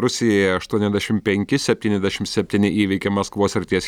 rusijoje aštuoniasdešim penki septyniasdešim septyni įveikė maskvos srities